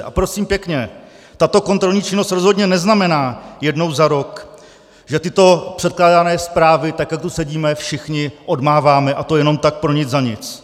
A prosím pěkně, tato kontrolní činnost rozhodně neznamená jednou za rok, že tyto předkládané zprávy, tak jak tu sedíme, všichni odmáváme, a to jenom tak pro nic za nic.